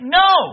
no